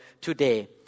today